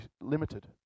limited